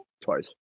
Twice